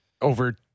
over